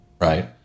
right